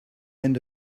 end